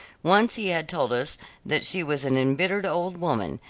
once he had told us that she was an embittered old woman,